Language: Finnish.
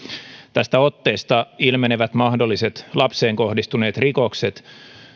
tästä otteesta ilmenevät mahdolliset lapseen kohdistuneet rikokset